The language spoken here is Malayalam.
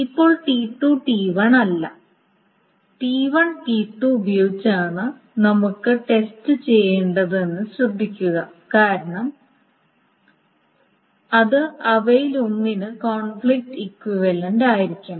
ഇപ്പോൾ T2 T1 അല്ല T1 T2 ഉപയോഗിച്ചാണ് നമുക്ക് ടെസ്റ്റ് ചെയ്യേണ്ടതെന്ന് ശ്രദ്ധിക്കുക കാരണം അത് അവയിലൊന്നിന് കോൺഫ്ലിക്റ്റ് ഇക്വിവലൻററ് ആയിരിക്കണം